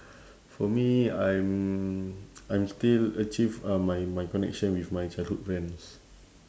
for me I'm I'm still achieve uh my my connection with my childhood friends